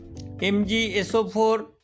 MgSO4